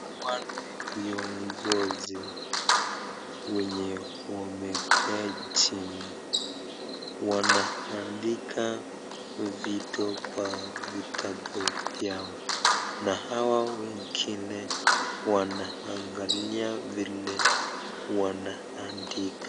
Viongozi wenye wamekaa chini, wanaandika vitu kwa vitabu vyao na hawa wengine wanaangalia vile wanaandika.